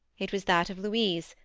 it was that of louise,